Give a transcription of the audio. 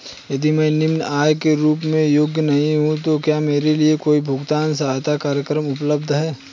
यदि मैं निम्न आय के रूप में योग्य नहीं हूँ तो क्या मेरे लिए कोई भुगतान सहायता कार्यक्रम उपलब्ध है?